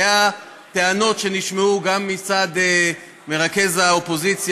היו טענות שנשמעו גם מצד מרכז האופוזיציה,